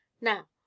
Now